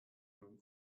mam